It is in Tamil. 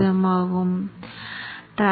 எங்களிடம் edt01